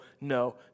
no